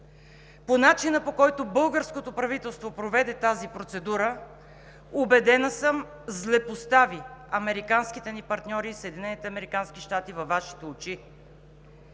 По начина, по който българското правителство проведе тази процедура, убедена съм, злепостави американските ни партньори – Съединените